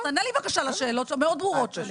אז תענה לי בבקשה לשאלות המאוד ברורות שלי.